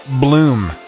bloom